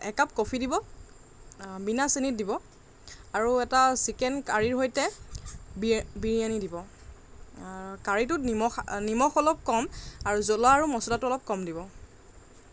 একাপ কফি দিব বিনা চেনিত দিব আৰু এটা চিকেন কাৰীৰ সৈতে বিৰিয়ানী দিব কাৰীটোত নিমখ নিমখ অলপ কম আৰু জ্বলা আৰু মচলাটো অলপ কম দিব